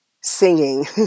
singing